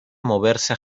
moverse